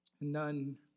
None